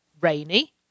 rainy